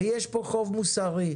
ויש פה חוב מוסרי.